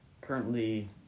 Currently